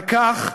על כך,